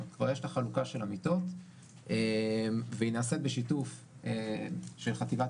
כבר יש את החלוקה של המיטות והיא נעשית בשיתוף של חטיבת